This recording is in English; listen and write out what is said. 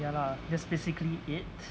ya lah just basically it